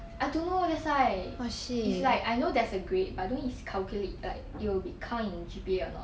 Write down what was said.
I don't know that's why it's like I know there's a grade but I don't if it's calculate like it will be count in G_P_A or not